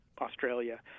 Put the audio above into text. Australia